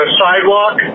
sidewalk